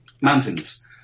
mountains